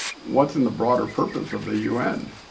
what's in the broader purpose of the un?